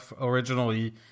originally